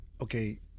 Okay